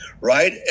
right